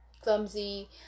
clumsy